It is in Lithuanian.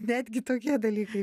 netgi tokie dalykai